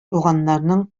туганнарның